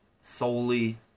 solely